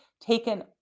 taken